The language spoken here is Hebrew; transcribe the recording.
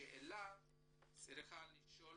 השאלה שצריכה להישאל